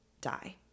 die